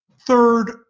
third